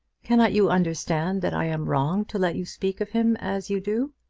cannot you understand that i am wrong to let you speak of him as you do?